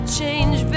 change